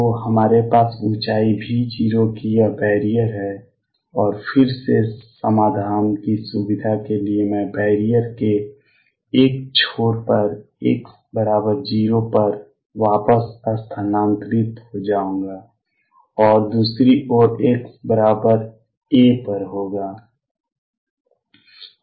तो हमारे पास ऊंचाई V0 की यह बैरियर है और फिर से समाधान की सुविधा के लिए मैं बैरियर के एक छोर पर x 0 पर वापस स्थानांतरित हो जाऊंगा और दूसरी ओर x a पर होगा